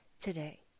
today